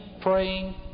praying